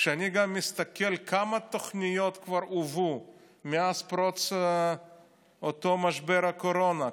כשאני מסתכל גם כמה תוכניות כבר הובאו מאז פרוץ אותו משבר הקורונה,